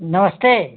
नमस्ते